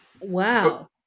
Wow